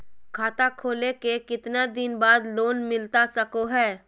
खाता खोले के कितना दिन बाद लोन मिलता सको है?